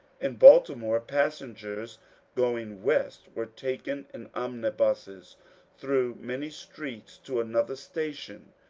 in baltimore passengers going west were taken in omnibuses through many streets to another station.